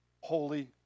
holy